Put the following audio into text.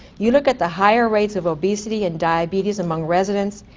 you look at the higher rates of obesity and diabetes among residents,